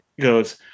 goes